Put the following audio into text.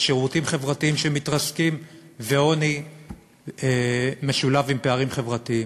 שירותים חברתיים שמתרסקים ועוני משולב עם פערים חברתיים,